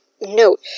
note